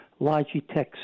Logitech